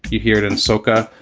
you hear it in sokha,